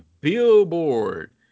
billboard